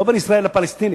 לא בין ישראל לפלסטינים.